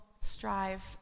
strive